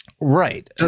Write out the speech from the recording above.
Right